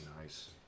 nice